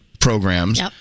programs